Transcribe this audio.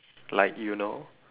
like you know